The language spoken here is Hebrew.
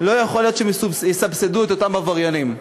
יסבסדו את אותם עבריינים.